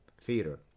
theater